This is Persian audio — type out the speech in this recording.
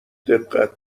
دقت